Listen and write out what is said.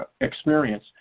experience